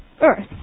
earth